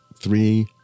three